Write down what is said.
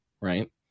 right